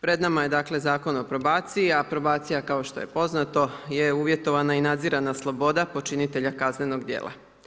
Pred nama je Zakon o probaciji, a probacija kao što je poznato je uvjetovana i nadzirana sloboda počinitelja kaznenog djela.